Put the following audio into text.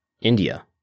India